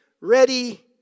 ready